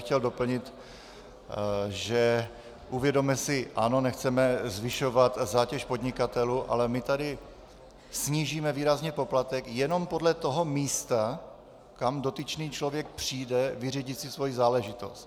Chtěl bych doplnit: Uvědomme si, ano, nechceme zvyšovat zátěž podnikatelů, ale my tady snížíme výrazně poplatek jenom podle toho místa, kam si dotyčný člověk přijde vyřídit svoji záležitost.